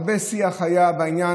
הרבה שיח היה בעניין,